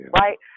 right